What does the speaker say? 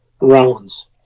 rounds